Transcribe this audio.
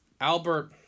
Albert